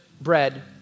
bread